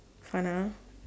sana